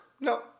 No